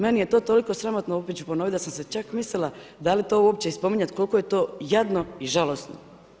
Meni je to toliko sramotno, opet ću ponoviti da sam si čak mislila da li to uopće i spominjati koliko je to jadno i žalosno.